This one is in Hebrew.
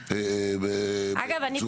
אגב,